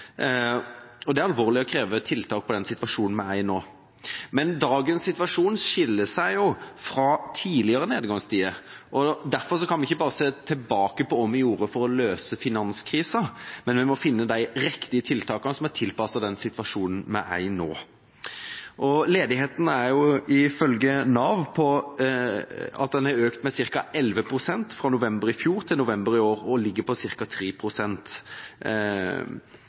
dollar. Det er alvorlig og krever tiltak for situasjonen vi er i nå. Men dagens situasjon skiller seg fra tidligere nedgangstider. Derfor kan vi ikke bare se tilbake på hva vi gjorde for å løse finanskrisa, vi må finne de riktige tiltakene som er tilpasset den situasjonen vi er i nå. Ledigheten har ifølge Nav økt med ca. 11 pst. fra november i fjor til november i år og ligger på